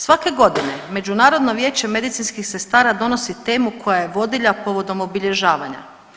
Svake godine Međunarodno vijeće medicinskih sestara donosi temu koja je vodilja povodom obilježavanja.